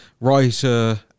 writer